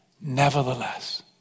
Nevertheless